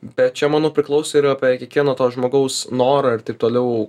bet čia manau priklauso ir apie kiekvieno to žmogaus norą ir taip toliau